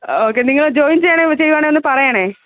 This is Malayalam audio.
ഓക്കെ നിങ്ങൾ ജോയിൻ ചെയ്യാണേൽ ചെയ്യുവാണേൽ ഒന്ന് പറയണം